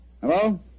hello